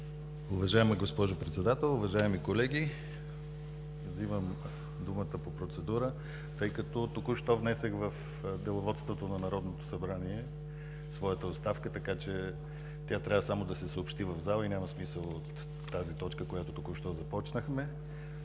Уважаема госпожо Председател, уважаеми колеги! Взимам думата по процедура, тъй като току-що внесох в Деловодството на Народното събрание своята оставка, така че тя трябва само да се съобщи в залата и няма смисъл от тази точка, която току-що започнахме.